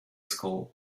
school